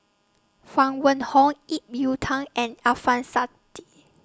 Huang Wenhong Ip Yiu Tung and Alfian Sa'at